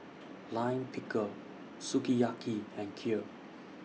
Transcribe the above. Lime Pickle Sukiyaki and Kheer